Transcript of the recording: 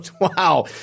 Wow